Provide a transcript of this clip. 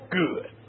good